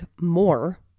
more